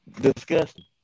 disgusting